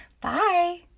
Bye